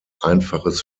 einfaches